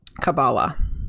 Kabbalah